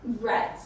Right